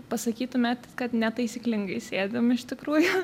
pasakytumėt kad netaisyklingai sėdim iš tikrųjų